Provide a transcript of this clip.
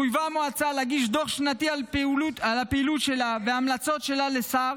חויבה המועצה להגיש דוח שנתי על הפעילות שלה וההמלצות שלה לשר